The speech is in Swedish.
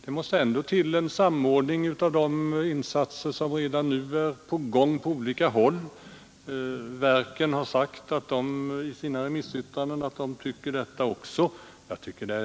Det måste ändå till en samordning av de insatser som nu är på gång på olika håll. I sina remissyttranden har också verken sagt att de tycker det.